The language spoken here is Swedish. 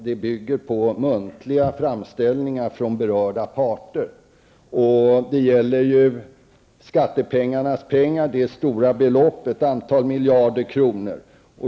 Det bygger på muntliga framställningar från berörda parter. Det gäller skattepengar och således stora belopp på flera miljarder kronor.